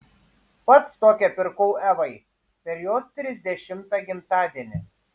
pats tokią pirkau evai per jos trisdešimtą gimtadienį